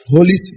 Holy